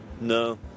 No